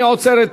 אני עוצר את